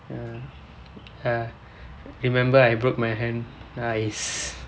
ya ya remember I broke my hand nice